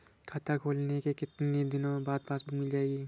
खाता खोलने के कितनी दिनो बाद पासबुक मिल जाएगी?